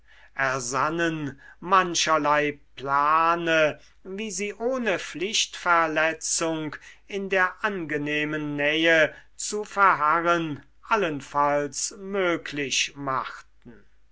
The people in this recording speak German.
ersannen mancherlei plane wie sie ohne pflichtverletzung in der angenehmen nähe zu verharren allenfalls möglich machten